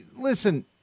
Listen